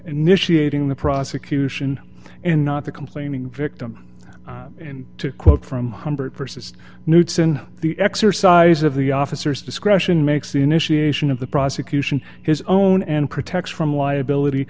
initiating the prosecution and not the complaining victim and to quote from humbert versus knutson the exercise of the officers discretion makes the initiation of the prosecution his own and protects from liability